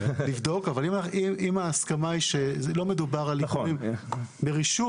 אבל אם ההסכמה היא שלא מדובר על עיקולים ברישום,